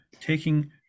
taking